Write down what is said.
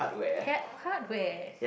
hat hardware